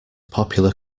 popular